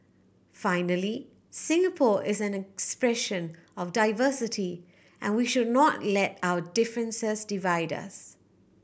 finally Singapore is an expression of diversity and we should not let our differences divide us